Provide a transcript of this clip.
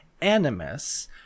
Animus